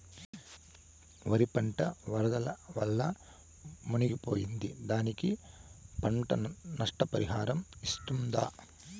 వరి పంట వరదల వల్ల మునిగి పోయింది, దానికి పంట నష్ట పరిహారం వస్తుందా?